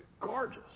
gorgeous